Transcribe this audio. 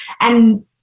And-